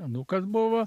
anūkas buvo